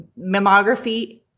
mammography